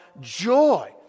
joy